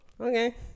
okay